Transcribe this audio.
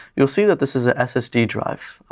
you'll see that this is a ssd drive.